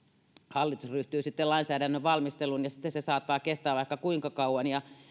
hallitus ryhtyy lainsäädännön valmisteluun se saattaa kestää vaikka kuinka kauan ja